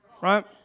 Right